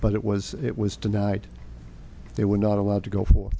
but it was it was tonight they were not allowed to go for